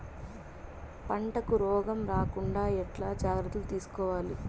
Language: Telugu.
పంటకు రోగం రాకుండా ఎట్లా జాగ్రత్తలు తీసుకోవాలి?